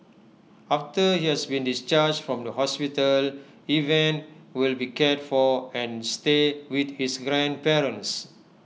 after he has been discharged from the hospital Evan will be cared for and stay with his grandparents